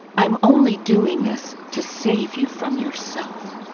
i'm only doing this to save you from yourself.